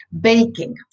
baking